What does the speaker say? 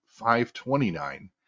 529